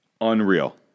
Unreal